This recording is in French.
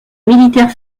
militaire